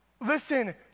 Listen